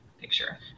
picture